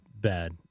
bad